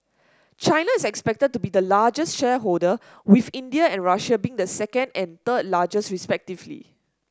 China is expected to be the largest shareholder with India and Russia being the second and third largest respectively